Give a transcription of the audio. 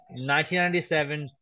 1997